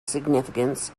significance